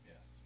Yes